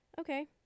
okay